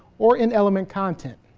or in element content.